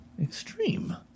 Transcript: Extreme